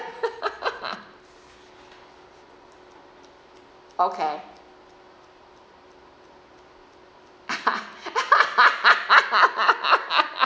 okay